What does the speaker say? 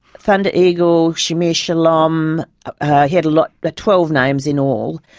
thunder eagle, shamir shalom he had a lot, ah twelve names in all.